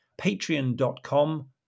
patreon.com